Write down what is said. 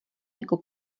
jako